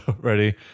ready